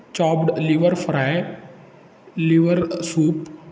chopped liver fry liver soup